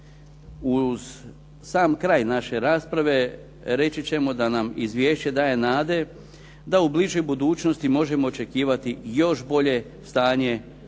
Uz sam kraj naše rasprave reći ćemo da nam izvješće daje nade da u bližoj budućnosti možemo očekivati još bolje stanje na